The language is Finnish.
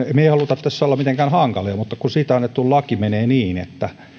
me emme halua olla tässä mitenkään hankalia mutta alueellisesta kokeilusta annettu laki menee niin että